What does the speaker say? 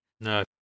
no